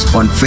on